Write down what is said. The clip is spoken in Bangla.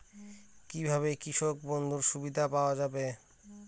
কি ভাবে কৃষক বন্ধুর সুবিধা পাওয়া য়ায়?